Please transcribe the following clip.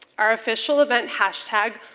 our official event hashtag,